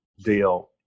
deal